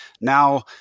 Now